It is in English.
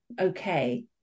okay